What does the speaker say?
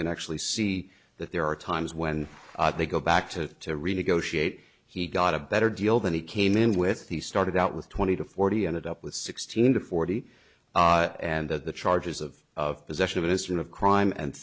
can actually see that there are times when they go back to to renegotiate he got a better deal than he came in with he started out with twenty to forty ended up with sixteen to forty and that the charges of of possession of innocent of crime and